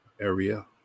area